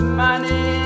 money